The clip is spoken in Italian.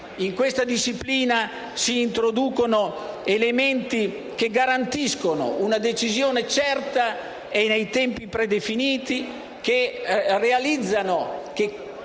In questa disciplina si introducono elementi che garantiscono una decisione certa e in tempi predefiniti, che portano